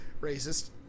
Racist